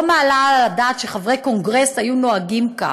אני לא מעלה על הדעת שחברי קונגרס היו נוהגים כך,